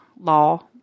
Law